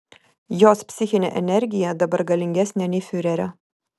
jos psichinė energija dabar galingesnė nei fiurerio